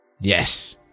Yes